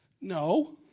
No